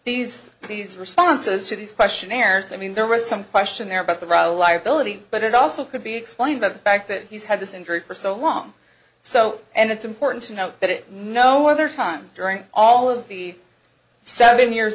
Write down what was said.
are these responses to these questionnaires i mean there was some question there about the liability but it also could be explained by the fact that he's had this injury for so long so and it's important to note that it no other time during all of the seven years